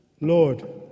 Lord